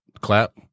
Clap